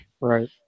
Right